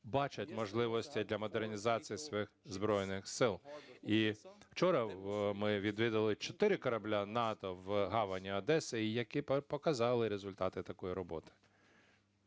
можливості для модернізації своїх Збройних Сил. І вчора ми відвідали чотири кораблі НАТО в гавані Одеси, які показали результати такої роботи.